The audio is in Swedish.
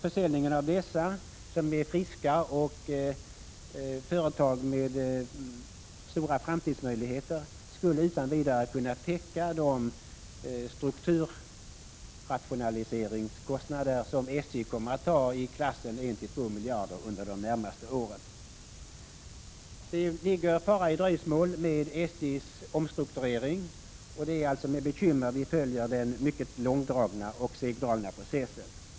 Försäljningen av dessa, som är friska företag med stora framtidsmöjligheter, skulle utan vidare kunna täcka de strukturrationaliseringskostnader som SJ kommer att ha i klassen 1-2 miljarder under de närmaste åren. Det ligger fara i dröjsmål med SJ:s omstrukturering, och det är alltså med bekymmer vi följer den mycket långdragna och segslitna processen.